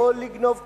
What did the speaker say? לא לגנוב קרדיט.